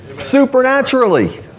Supernaturally